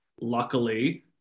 Luckily